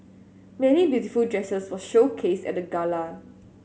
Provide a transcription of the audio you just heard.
many beautiful dresses were showcased at the gala